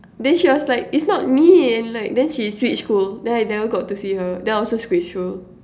then she was like it's not me and like then she switched school then I never got to see her then I also switched school